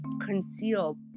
conceal